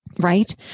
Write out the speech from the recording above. Right